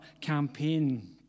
campaign